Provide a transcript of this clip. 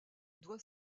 doit